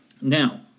now